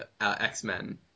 X-Men